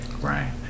Right